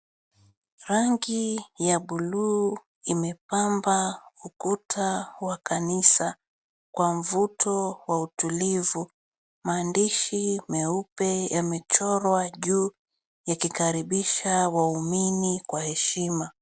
Rangi ya buluu imepamba ukuta wa kanisa kwa mvuto wa utulivu. Maandishi meupe yamechorwa juu yakikaribisha waumini kwa heshima.